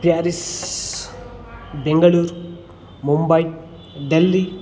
Paris Bengaluru Mumbai Delhi